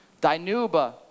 Dinuba